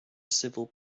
civil